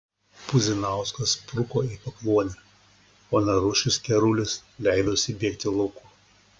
puzinauskas spruko į pakluonę o narušis kerulis leidosi bėgti lauku